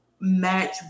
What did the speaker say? Match